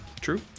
True